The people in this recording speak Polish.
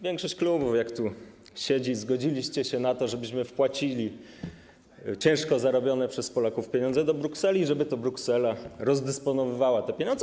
Większość klubów, jak tu siedzimy, zgodziła się na to, żebyśmy wpłacili ciężko zarobione przez Polaków pieniądze do Brukseli i żeby to Bruksela rozdysponowywała te pieniądze.